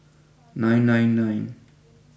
nine nine nine